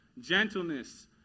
gentleness